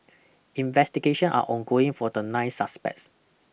investigation are ongoing for the nine suspects